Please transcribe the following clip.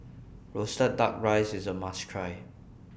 Roasted Duck Rice IS A must Try